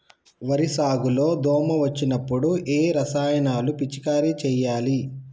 వరి సాగు లో దోమ వచ్చినప్పుడు ఏ రసాయనాలు పిచికారీ చేయాలి?